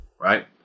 right